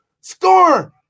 Score